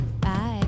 bye